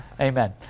Amen